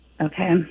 Okay